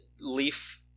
Leaf